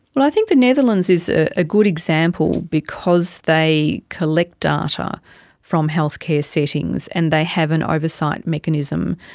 well, i think the netherlands is a ah good example because they collect data from healthcare settings and they have an oversight mechanism,